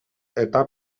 eta